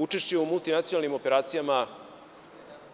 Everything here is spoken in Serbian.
Učešće u multinacionalnim operacijama,